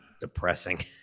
depressing